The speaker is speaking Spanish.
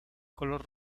color